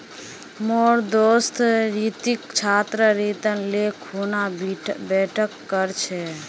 मोर दोस्त रितिक छात्र ऋण ले खूना बीटेक कर छ